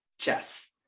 chess